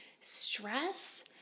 stress